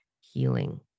healing